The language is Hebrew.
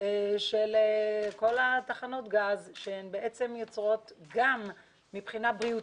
של כל תחנות הגז שהן בעצם יוצרות גם מבחינה בריאותית,